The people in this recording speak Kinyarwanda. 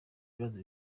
ibibazo